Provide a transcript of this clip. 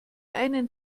einen